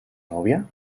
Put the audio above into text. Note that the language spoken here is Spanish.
novia